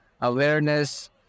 Awareness